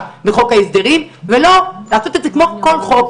בחוק ההסדרים ולא לעשות את זה כמו כל חוק,